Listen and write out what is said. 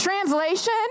Translation